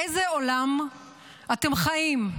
באיזה עולם אתם חיים?